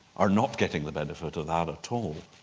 are not getting the benefit of that at all.